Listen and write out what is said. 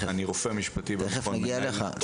אני רופא משפטי במכון --- תכף נגיע אליך,